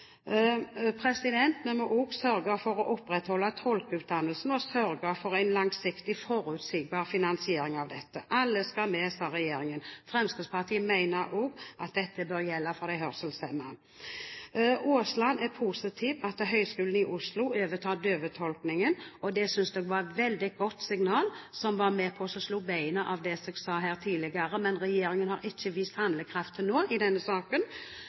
Vi må sørge for å opprettholde tolkeutdannelsen og sørge for en langsiktig og forutsigbar finansiering av dette. Alle skal med, sa regjeringen. Fremskrittspartiet mener at dette også bør gjelde for de hørselshemmede. Statsråd Aasland er positiv til at Høgskolen i Oslo overtar døvetolkningen, og det synes jeg var et veldig godt signal som er med på å slå beina under det jeg sa her tidligere, men regjeringen har ikke vist handlekraft til nå i denne saken.